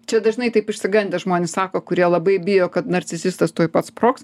čia dažnai taip išsigandę žmonės sako kurie labai bijo kad narcisistas tuoj pat sprogs